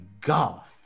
God